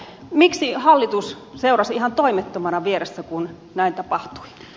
miksi hallitus seurasi ihan toimettomana vieressä kun näin tapahtui